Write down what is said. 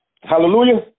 Hallelujah